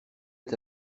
est